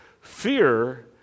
fear